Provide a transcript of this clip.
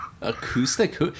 acoustic